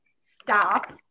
stop